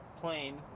plane